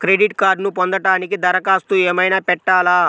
Credit కార్డ్ను పొందటానికి దరఖాస్తు ఏమయినా పెట్టాలా?